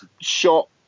shot